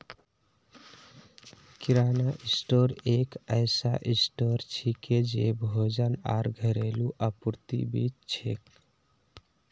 किराना store एक ऐसा store छिके जे भोजन आर घरेलू आपूर्ति बेच छेक